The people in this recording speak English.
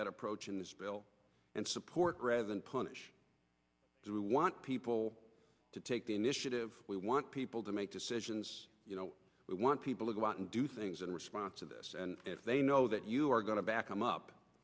that approach in this bill and support rather than punish through we want people to take the initiative we want people to make decisions we want people to go out and do things in response to this and they know that you are going to back them up